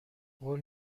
قول